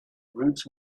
routes